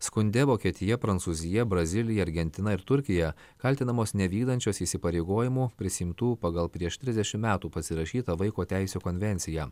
skunde vokietija prancūzija brazilija argentina ir turkija kaltinamos nevykdančios įsipareigojimų prisiimtų pagal prieš trisdešim metų pasirašytą vaiko teisių konvenciją